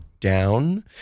down